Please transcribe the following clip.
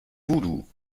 voodoo